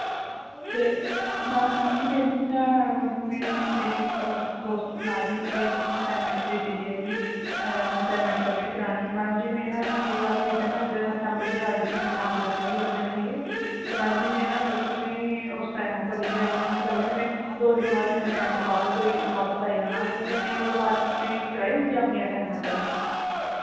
ते में मैडम जी मैं इक तुसें में मेरी होर दोस्त सना दी ही भाई तुसें असाइनमेंट दित्ती दी ऐ कि असाइनमेंट सबमिट करानी ऐ मैडम जी मैं ना केह् गल्ल होई इद्धर न इद्धर कैंपस च आई दी मेरा कैंप लग्गे दा थोह्ड़े दिन होई गे ते मैडम जी मैं न तुसेंगी ओस टाइम उप्पर नेईं कराई सकदी सबमिट में दो दिन बाद मेरा कैंप बापस होई जाना बापस आई जाना ते में ओह्दे बाद च तुसेंगी कराई उड़गी अपनी असाइनमेंट सबमिट